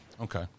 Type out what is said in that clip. Okay